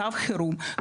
צו חירום,